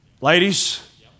Ladies